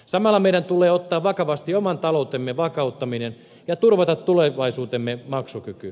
samalla meidän tulee ottaa vakavasti oman taloutemme vakauttaminen ja turvata tulevaisuutemme maksukyky